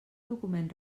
document